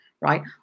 right